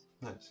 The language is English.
Nice